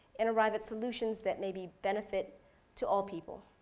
and arrive at solutions that maybe benefit to all people.